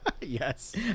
yes